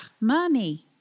money